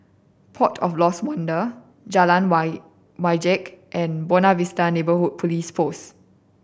Port of Lost Wonder Jalan Wajek and Buona Vista Neighbourhood Police Post